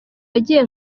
wagiye